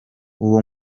uwo